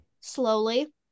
Slowly